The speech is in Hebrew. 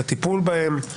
בטיפול בהם,